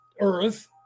earth